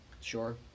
Sure